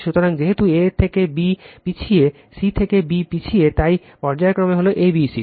সুতরাং যেহেতু a থেকে b পিছিয়ে c থেকে b পিছিয়ে তাই পর্যায় ক্রম হল a b c